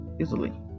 easily